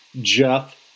Jeff